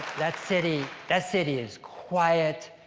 that city that city is quiet.